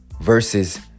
versus